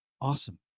awesome